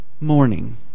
morning